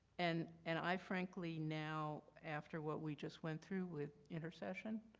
and and i frankly now, after what we just went through with intercession